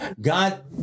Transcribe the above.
God